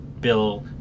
Bill